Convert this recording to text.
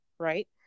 right